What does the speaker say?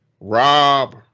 Rob